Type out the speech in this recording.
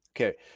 Okay